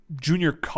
junior